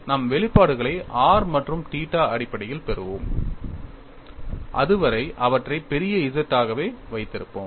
நாம் வெளிப்பாடுகளை r மற்றும் θ அடிப்படையில் பெறுவோம் அதுவரை அவற்றை பெரிய Z ஆகவே வைத்திருப்போம்